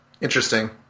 Interesting